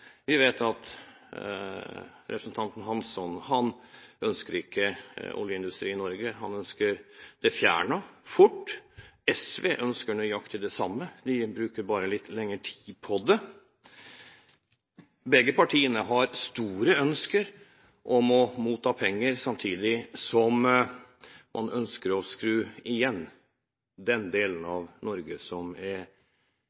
Vi vet at representanten Hansson ikke ønsker oljeindustri i Norge. Han ønsker det fjernet fort. SV ønsker nøyaktig det samme. De bruker bare litt lengre tid på det. Begge partiene har store ønsker om å motta penger, samtidig som man ønsker å skru igjen den delen